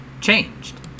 changed